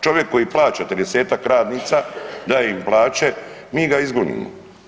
Čovjek koji plaća 30-tak radnica, daje im plaće, mi ga izgonimo.